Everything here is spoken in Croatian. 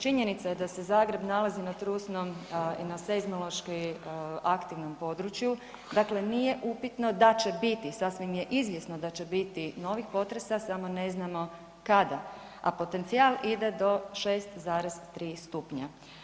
Činjenica je da se Zagreb nalazi na trusnom i na seizmološki aktivnom području, dakle nije upitno da će biti, sasvim je izvjesno da će biti novih potresa samo ne znamo kada, a potencijal ide do 6,3 stupnja.